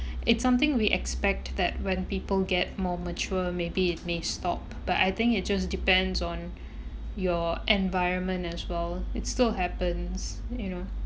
it's something we expect that when people get more mature maybe it may stop but I think it just depends on your environment as well it still happens you know